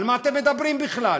על מה אתם מדברים בכלל?